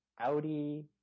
Audi